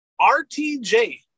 RTJ